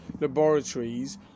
laboratories